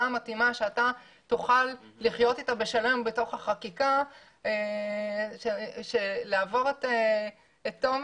המתאימה שאתה תוכל לחיות אתה בשלום בתוך החקיקה לעבור את תומר,